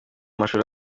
mashuri